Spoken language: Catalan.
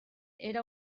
era